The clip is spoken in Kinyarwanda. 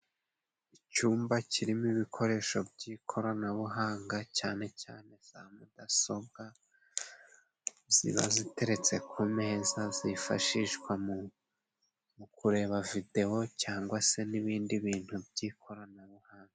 Icyumba kirimo ibikoresho by'ikoranabuhanga cyane cyane za mudasobwa, ziba ziteretse ku meza zifashishwa mu kureba videwo cyangwa se n'ibindi bintu by'ikoranabuhanga.